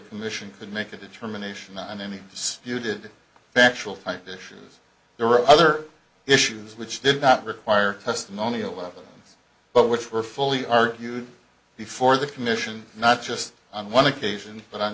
commission could make a determination on any spew did factual type issues there were other issues which did not require testimonial evidence but which were fully argued before the commission not just on one occasion but